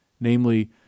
namely